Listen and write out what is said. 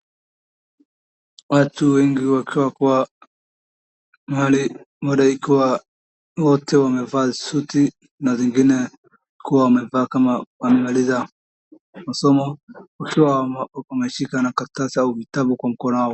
Watu wengi wakiwa mahali moja ikiwa wote wamevaa suti na zingine kuwa wamevaa kama wamemaliza masomo. Wakiwa wameshika na karatasi au vitabu kwa mkono yao.